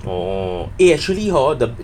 orh actually hor the